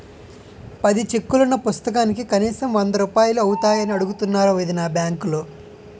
పది చెక్కులున్న పుస్తకానికి కనీసం వందరూపాయలు అవుతాయని అడుగుతున్నారు వొదినా బాంకులో